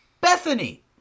Bethany